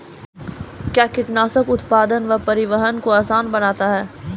कया कीटनासक उत्पादन व परिवहन को आसान बनता हैं?